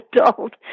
adult